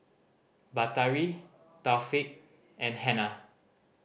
Batari Taufik and Hana